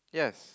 yes